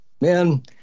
man